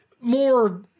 more